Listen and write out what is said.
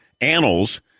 Annals